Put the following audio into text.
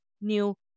new